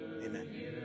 amen